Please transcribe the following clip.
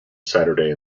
saturday